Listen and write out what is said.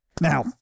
Now